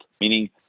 meaning